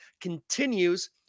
continues